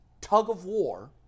tug-of-war